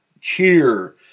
cheer